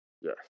yes